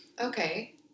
Okay